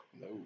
No